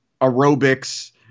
aerobics